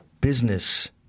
business